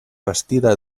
bastida